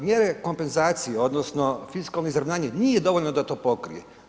Mjere kompenzacije, odnosno fiskalno izravnanje nije dovoljno da to pokrije.